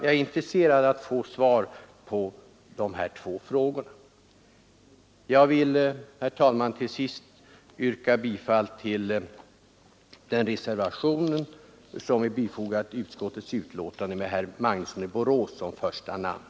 Jag är intresserad av att få svar på dessa två frågor. Jag vill, herr talman, yrka bifall till den reservation som är fogad till utskottets betänkande med herr Magnusson i Borås som första namn.